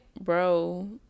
bro